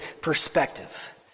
perspective